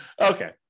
Okay